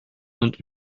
und